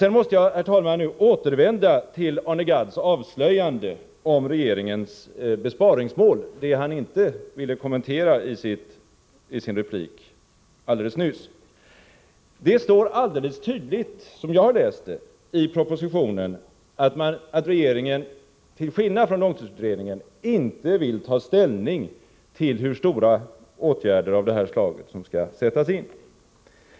Sedan måste jag, herr talman, återvända till Arne Gadds avslöjande om regeringens besparingsmål, som han inte ville kommentera i sin replik alldeles nyss. Som jag har läst propositionen står det alldeles tydligt att regeringen till skillnad från långtidsutredningen inte vill ta ställning till hur omfattande åtgärder av detta slag som skall sättas in.